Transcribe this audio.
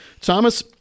Thomas